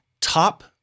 Top